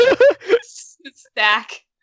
stack